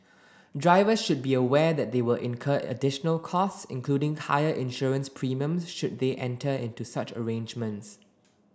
drivers should be aware that they will incur additional costs including higher insurance premiums should they enter into such arrangements